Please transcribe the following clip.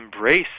embrace